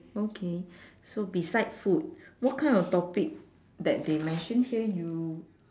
okay so beside food what kind of topic that they mention here you